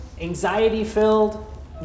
anxiety-filled